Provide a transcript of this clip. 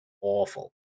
awful